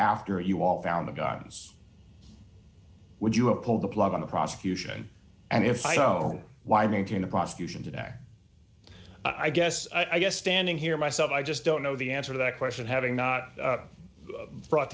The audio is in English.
after you all found the guns would you have pulled the plug on the prosecution and if i go why maintain the prosecution today i guess i guess standing here myself i just don't know the answer to that question having not brought